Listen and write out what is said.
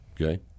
Okay